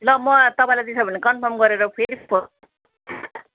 ल म तपाईँलाई त्यसो भने कन्फर्म गरेर फेरि